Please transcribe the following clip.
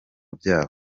byabo